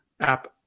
app